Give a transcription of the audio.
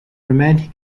romantic